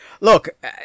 Look